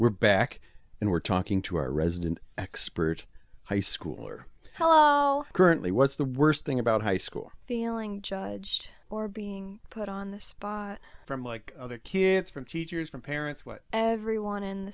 we're back and we're talking to our resident expert high schooler hello currently what's the worst thing about high school feeling judged or being put on the spot from like other kids from teachers from parents what everyone in